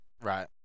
Right